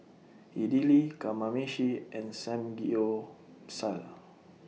Idili Kamameshi and Samgyeopsal